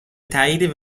تایید